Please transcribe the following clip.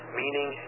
meaning